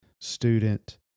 student